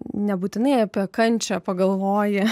nebūtinai apie kančią pagalvoji